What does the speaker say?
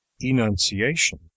Enunciation